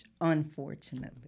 unfortunately